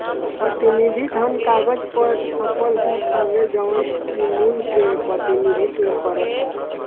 प्रतिनिधि धन कागज पअ छपल होत हवे जवन की मूल्य के प्रतिनिधित्व करत हवे